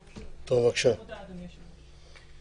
תודה, אדוני היושב ראש.